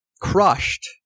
crushed